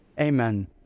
Amen